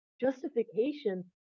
justification